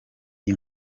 iyi